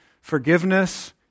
forgiveness